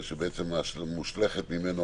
שבעצם מושלכות ממנו